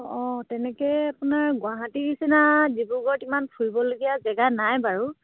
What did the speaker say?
অঁ অঁ তেনেকে আপোনাৰ গুৱাহাটীৰ নিচিনা ডিব্ৰুগড়ত ইমান ফুৰিবলগীয়া জেগা নাই বাৰু